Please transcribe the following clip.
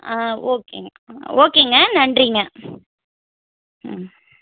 ஆ ஓகேங்க ஓகேங்க நன்றிங்க